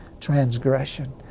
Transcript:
transgression